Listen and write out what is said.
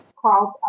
called